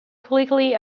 quickly